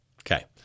Okay